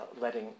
letting